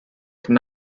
could